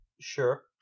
Sure